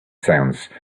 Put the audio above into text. sounds